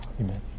Amen